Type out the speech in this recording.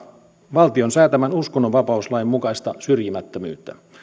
valtion säätämän uskonnonvapauslain mukaista syrjimättömyyttä